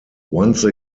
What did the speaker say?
once